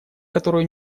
которую